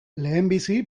lehenbizi